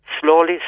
slowly